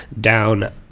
down